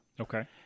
Okay